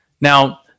Now